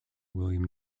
william